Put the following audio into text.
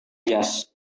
jas